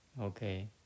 Okay